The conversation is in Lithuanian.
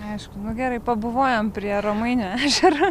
aišku nu gerai pabuvojom prie romainių ežero